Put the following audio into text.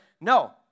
no